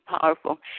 powerful